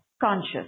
Conscious